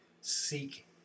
seek